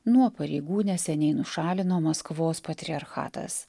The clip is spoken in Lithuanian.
nuo pareigų neseniai nušalino maskvos patriarchatas